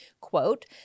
quote